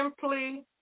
simply